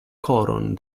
koron